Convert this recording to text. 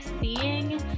seeing